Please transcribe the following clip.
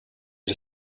det